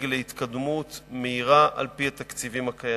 להתקדמות מהירה על-פי התקציבים הקיימים.